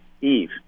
Eve